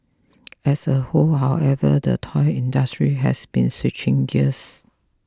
as a whole however the toy industry has been switching gears